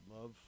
Love